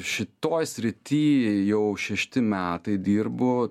šitoj srity jau šešti metai dirbu